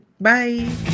Bye